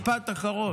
משפט אחרון.